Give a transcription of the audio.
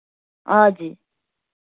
آ جی